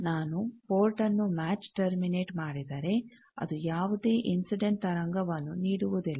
ನಾನು ಪೋರ್ಟ್ನ್ನು match terminate ಮಾಡಿದರೆ ಅದು ಯಾವುದೇ ಇನ್ಸಿಡೆಂಟ್ ತರಂಗವನ್ನು ನೀಡುವುದಿಲ್ಲ